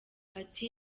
ati